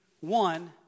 one